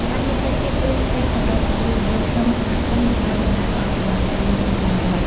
ការងារផ្សេងទៀតគឺការសម្របសម្រួលជម្លោះក្នុងសហគមន៍ និងការតំណាងឲ្យសមាជិកជាមួយស្ថាប័នរដ្ឋ។